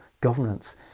governance